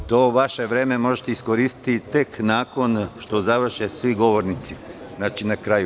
To vaše vreme možete iskoristiti tek nakon što završe svi govornici, na kraju.